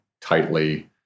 tightly